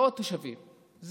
מאות תושבים.